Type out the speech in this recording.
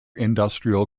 industrial